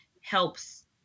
helps